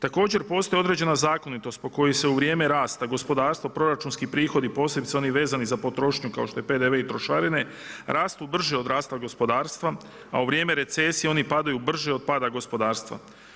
Također postoji određena zakonitost po kojoj se u vrijeme rasta gospodarstvo, proračunski prihodi posebice oni vezani za potrošnju kao što je PDV i trošarine rastu brže od rasta gospodarstva, a u vrijeme recesije oni padaju brže od pada gospodarstva.